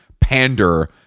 pander